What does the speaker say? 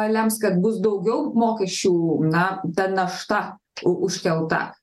lems kad bus daugiau mokesčių na ta našta užkelta